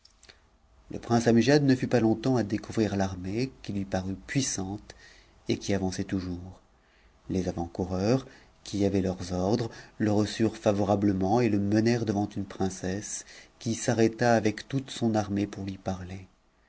le prince amgiad ne fut pas longtemps à découvrir l'armée qui parut puissante et qui avançait toujours les avant-coureurs qui avaient leurs ordres le reçurent favorablement et le menèrent devant une p esse qui s'arrêta avec toute son armée pour lui parler